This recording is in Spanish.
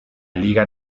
liga